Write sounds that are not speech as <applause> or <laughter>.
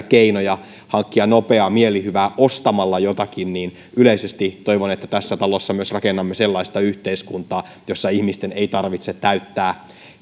<unintelligible> keinoja hankkia nopeaa mielihyvää ostamalla jotakin että yleisesti toivon että tässä talossa myös rakennamme sellaista yhteiskuntaa jossa ihmisten ei tarvitse täyttää